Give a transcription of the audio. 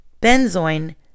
benzoin